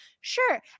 sure